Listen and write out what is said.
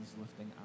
lifting